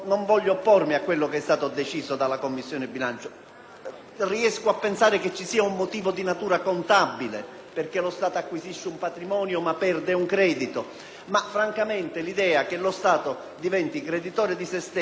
Posso ipotizzare che ci sia un motivo di natura contabile, perché lo Stato acquisisce un patrimonio ma perde un credito, ma francamente l'idea che lo Stato diventi creditore di se stesso e che debba continuare ad iscriversi un debito-credito